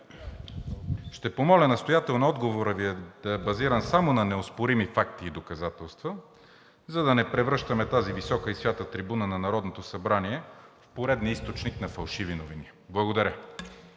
Ще помоля настоятелно отговорът Ви да е базиран само на неоспорими факти и доказателства, за да не превръщаме тази висока и свята трибуна на Народното събрание в поредния източник на фалшиви новини. Благодаря.